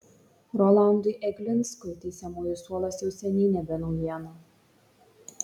rolandui eglinskui teisiamųjų suolas jau seniai nebe naujiena